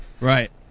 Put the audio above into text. Right